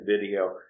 video